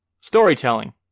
Storytelling